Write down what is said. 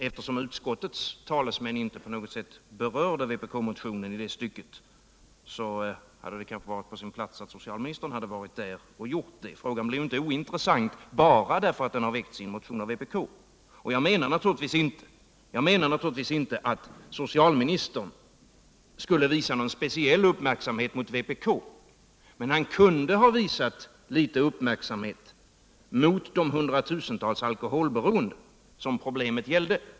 Eftersom utskottets talesman inte på något sätt berörde vpk-motionen i det stycket, hade det kanske varit på sin plats att socialministern gjort det. En fråga blir inte ointressant bara därför att den tagits upp i en motion från vpk. Jag menar naturligtvis inte att socialministern skall visa någon speciell Nr 159 uppmärksamhet mot vpk, men han kunde ha visat litet uppmärksamhet mot de hundratusentals alkoholberoende som problemet gäller.